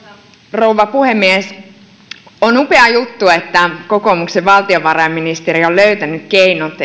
rouva puhemies on upea juttu että kokoomuksen valtiovarainministeri on löytänyt keinot